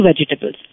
vegetables